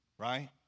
Right